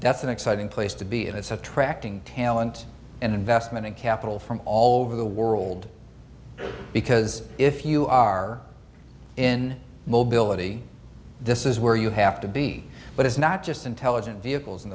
that's an exciting place to be and it's have tracting talent and investment and capital from all over the world because if you are in mobility this is where you have to be but it's not just intelligent vehicles